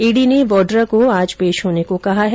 ED ने वाड्रा को आज पेश होने को कहा है